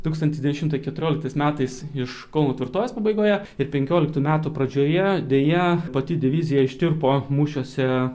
tūkstantis devyni šimtai keturioliktais metais iš kauno tvirtovės pabaigoje ir penkioliktų metų pradžioje deja pati divizija ištirpo mūšiuose